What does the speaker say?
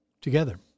Together